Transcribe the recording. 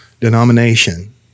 denomination